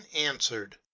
answered